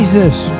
Jesus